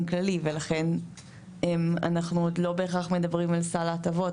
כללי ולכן אנחנו עוד לא בהכרח מדברים על סל ההטבות,